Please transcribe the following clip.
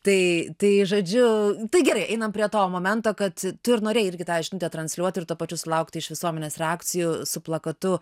tai tai žodžiu tai gerai einam prie to momento kad tu ir norėjai irgi tą žinutę transliuoti ir tuo pačiu sulaukti iš visuomenės reakcijų su plakatu